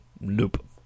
nope